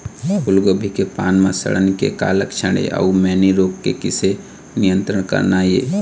फूलगोभी के पान म सड़न के का लक्षण ये अऊ मैनी रोग के किसे नियंत्रण करना ये?